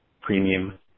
Premium